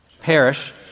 Perish